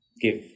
give